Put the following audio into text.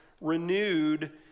renewed